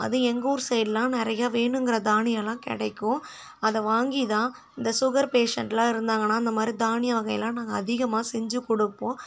அதுவும் எங்கள் ஊர் சைட் எல்லாம் நிறையா வேணுங்குற தானியலாம் கிடைக்கும் அதை வாங்கி தான் இந்த சுகர் பேஷண்ட் எல்லாம் இருந்தாங்கனா இந்தமாதிரி தானிய வகையெல்லாம் நாங்கள் அதிகமாக செஞ்சு கொடுப்போம்